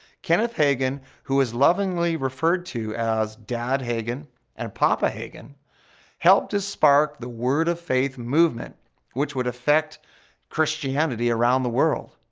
kenneth hagin who is lovingly referred to as dad hagin and papa hagin helped to spark the word of faith movement which would affect christianity around the world.